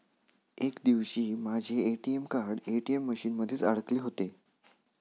एक दिवशी माझे ए.टी.एम कार्ड ए.टी.एम मशीन मध्येच अडकले होते